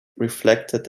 reflected